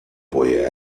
boy